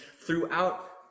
throughout